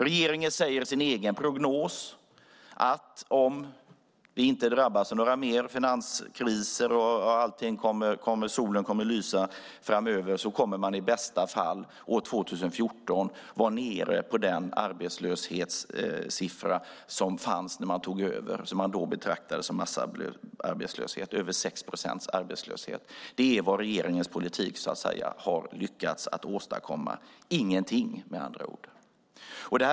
Regeringen säger i sin egen prognos att om vi inte drabbas av några fler finanskriser och om solen kommer att lysa framöver kommer man i bäst fall att år 2014 vara nere på den arbetslöshetssiffra som fanns när man tog över och som man då betraktade som massarbetslöshet, det vill säga över 6 procents arbetslöshet. Det är vad regeringens politik har lyckats åstadkomma. Det är med andra ord ingenting.